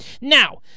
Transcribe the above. now